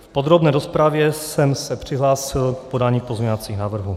V podrobné rozpravě jsem se přihlásil k podání pozměňovacích návrhů.